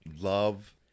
love